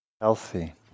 healthy